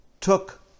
took